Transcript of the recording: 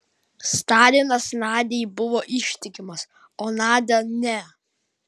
stalinas nadiai buvo ištikimas o nadia ne